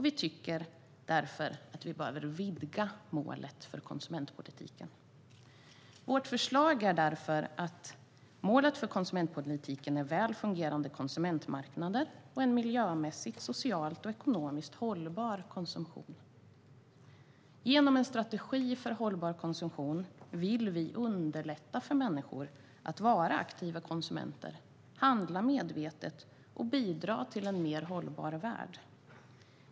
Vi tycker därför att vi behöver vidga målet för konsumentpolitiken. Vårt förslag är därför att målet för konsumentpolitiken är väl fungerande konsumentmarknader och en miljömässigt, socialt och ekonomiskt hållbar konsumtion. Genom en strategi för hållbar konsumtion vill vi underlätta för människor att vara aktiva konsumenter, handla medvetet och bidra till en mer hållbar värld.